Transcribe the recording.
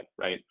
right